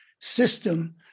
system